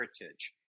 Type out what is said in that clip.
heritage